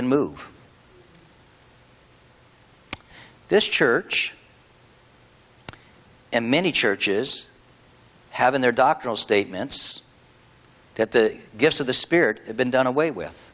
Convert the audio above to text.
and move this church and many churches have in their doctoral statements that the gifts of the speared have been done away with